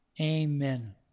amen